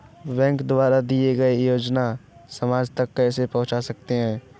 Bank द्वारा दिए गए योजनाएँ समाज तक कैसे पहुँच सकते हैं?